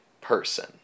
person